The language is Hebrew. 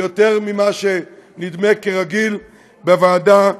יותר ממה שנדמה כרגיל בוועדה,